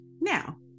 Now